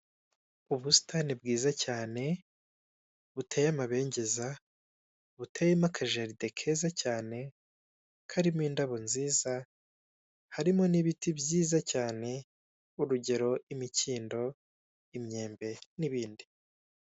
Ubusitani bwiza cyane buteye amabengeza buteyemo akajaride keza cyane karimo indabo nziza, harimo n'ibiti byiza cyane urugero, imikindo, imyembe n'ibindi.